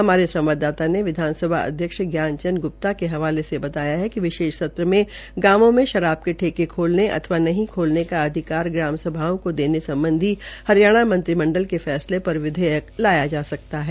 हमारे संवाददाता ने विधानसभा अध्यक्ष ज्ञान चंद ग्रुप्ता के हवाले से बताया है कि विशेष सत्र में गांवों में शराब के ठेके खोलने अथवा नहीं खोलने का अधिकार ग्राम सभाओं को देने सम्बधी हरियाणा मंत्रिमंडल के फैसले पर विधेयक आ सकता है